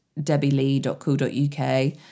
debbielee.co.uk